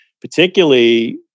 Particularly